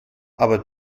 aber